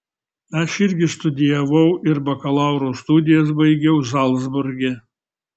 aš irgi studijavau ir bakalauro studijas baigiau zalcburge